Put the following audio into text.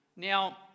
Now